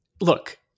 look